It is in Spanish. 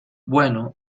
bueno